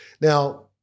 Now